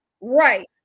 right